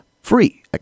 free